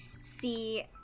see